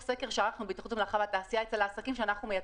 המלאכה והתעשייה אצל העסקים שאנחנו מייצגים,